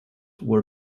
were